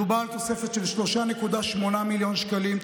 מדובר על תוספת של 3.8 מיליון שקלים,